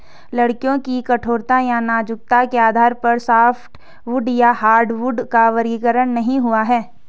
लकड़ियों की कठोरता या नाजुकता के आधार पर सॉफ्टवुड या हार्डवुड का वर्गीकरण नहीं हुआ है